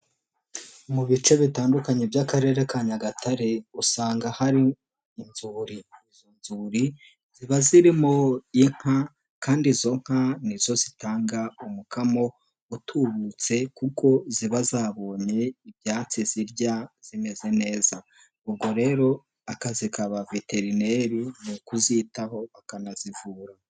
Mu bice bitandukanye by'akarere ka Nyagatare usanga hari inzuri. Izo nzuri ziba zirimo inka kandi izo nka nizo zitanga umukamo utubutse, kuko ziba zabonye ibyatsi zirya zimeze neza, ubwo rero akazi ka ba veterineri mu kuzitaho bakanazivura.